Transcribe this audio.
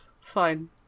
Fine